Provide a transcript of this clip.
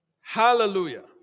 Hallelujah